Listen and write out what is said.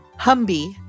humby